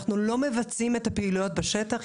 אנחנו לא מבצעים את הפעילויות בשטח.